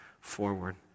forward